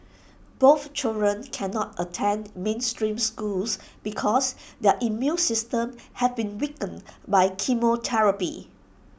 both children cannot attend mainstream schools because their immune systems have been weakened by chemotherapy